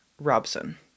Robson